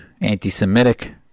anti-semitic